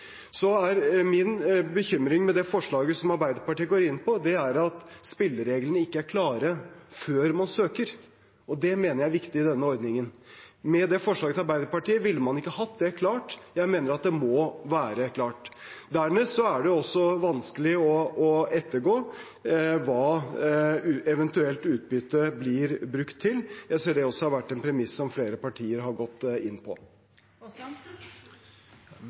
Så er min bekymring med det forslaget som Arbeiderpartiet går inn på, at spillereglene ikke er klare før man søker, og det mener jeg er viktig i denne ordningen. Med forslaget fra Arbeiderpartiet ville man ikke hatt det klart. Jeg mener at det må være klart. Dernest er det også vanskelig å ettergå hva et eventuelt utbytte blir brukt til. Jeg ser at det også har vært en premiss som flere partier har gått inn